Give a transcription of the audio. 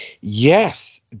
Yes